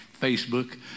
Facebook